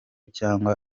cyangwa